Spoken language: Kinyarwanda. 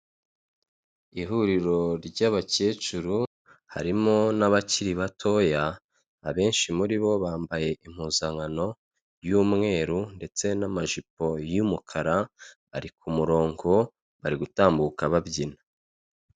Ihuriro ry'abakecuru harimo n'abakiri batoya, abenshi muri bo bambaye impuzankano y'umweru ndetse n'amajipo y'umukara ari ku murongo bari gutambuka babyina.